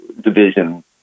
division